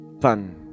fun